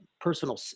personal